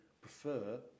Prefer